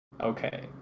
Okay